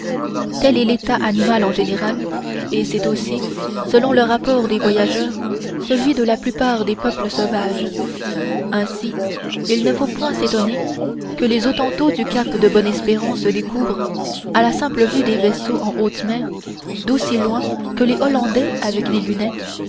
tel est l'état animal en général et c'est aussi selon le rapport des voyageurs celui de la plupart des peuples sauvages ainsi il ne faut point s'étonner que les hottentots du cap de bonne-espérance découvrent à la simple vue des vaisseaux en haute mer d'aussi loin que les hollandais avec des lunettes